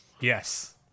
Yes